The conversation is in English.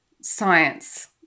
science